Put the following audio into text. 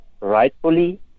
rightfully